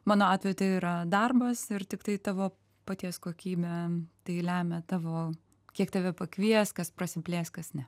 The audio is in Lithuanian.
mano atveju tai yra darbas ir tiktai tavo paties kokybė tai lemia tavo kiek tave pakvies kas prasiplės kas ne